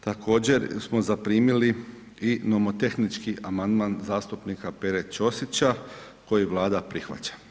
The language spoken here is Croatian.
Također smo zaprimili i nomotehnički amandman zastupnika Pere Ćosića koji Vlada prihvaća.